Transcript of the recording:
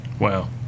Wow